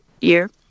year